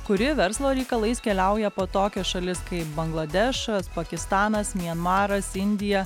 kuri verslo reikalais keliauja po tokias šalis kaip bangladešas pakistanas mianmaras indija